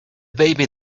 baby